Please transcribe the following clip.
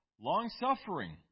long-suffering